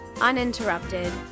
uninterrupted